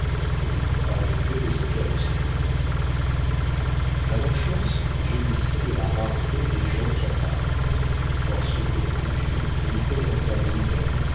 il parlait peu des auteurs de ses jours madame schontz gémissait de la rareté des gens capables lorsque couture lui présenta lui-même